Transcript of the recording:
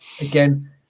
Again